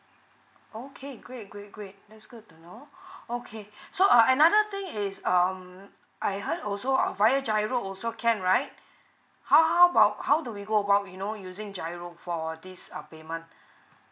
okay great great great that's good to know okay so another thing is um I heard also of via giro also can right how how about how do we go about you know using giro for this err payment